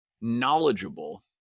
knowledgeable